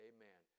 Amen